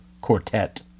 quartet